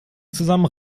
zusammen